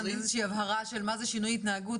איזושהי הבהרה של מה זה שינוי התנהגות,